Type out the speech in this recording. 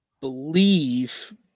believe